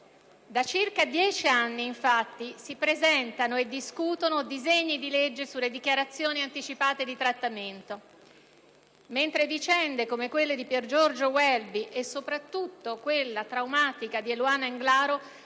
Da circa dieci anni, infatti, si presentano e discutono disegni di legge sulle dichiarazioni anticipate di trattamento sanitario, mentre vicende come quelle di Piergiorgio Welby e, soprattutto, quella traumatica di Eluana Englaro